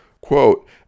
Quote